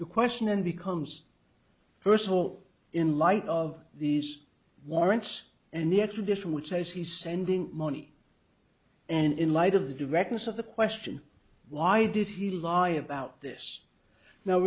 the question then becomes personal in light of these warrants and the extradition which says he's sending money and in light of the directness of the question why did he lie about this now